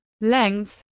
length